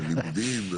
בלימודים,